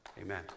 Amen